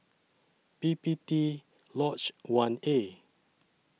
P P T Lodge one A